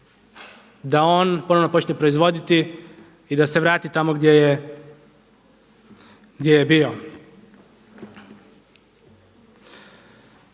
da on, ono počne proizvoditi i da se vrati tamo gdje je bio.